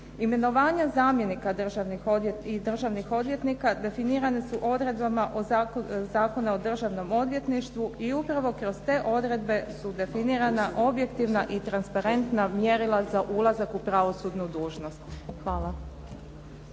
Imenovanja zamjenika i državnih odvjetnika definirana su odredbama Zakona o državnom odvjetništvu i upravo kroz te odredbe su definirana objektivna i transparentna mjerila za ulazak u pravosudnu dužnost. Hvala.